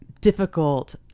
difficult